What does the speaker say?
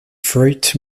fruit